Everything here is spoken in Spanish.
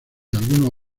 algunos